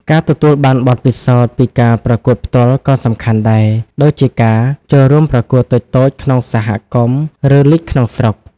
ការទទួលបានបទពិសោធន៍ពីការប្រកួតផ្ទាល់ក៏សំខាន់ដែរ ដូចជាការ ចូលរួមប្រកួតតូចៗ ក្នុងសហគមន៍ ឬលីគក្នុងស្រុក។